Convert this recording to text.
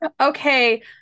okay